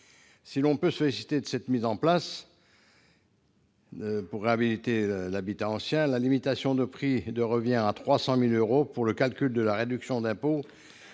Si l'on peut se féliciter de la mise en place d'un tel dispositif pour réhabiliter l'habitat ancien, la limitation du prix de revient à 300 000 euros pour le calcul de la réduction d'impôt